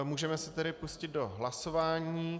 Můžeme se tedy pustit do hlasování.